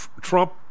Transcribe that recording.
Trump